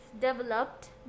developed